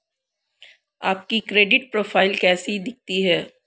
आपकी credit profile कैसी दिखती है?